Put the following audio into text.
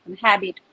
habit